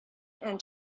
and